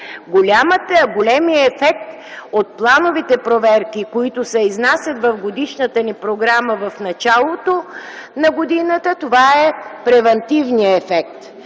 Големият ефект от плановите проверки, които се изнасят в годишната ни програма в началото на годината, е превантивният ефект.